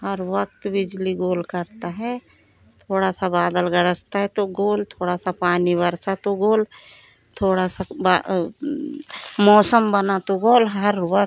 हर वक़्त बिजली गोल करता है थोड़ा सा बादल गरजता है तो गोल थोड़ा सा पानी बरसा तो गोल थोड़ा सा मौसम बना तो गोल हर वक़्त